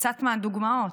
קצת מהדוגמאות,